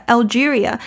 Algeria